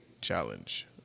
challenge